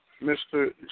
Mr